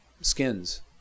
skins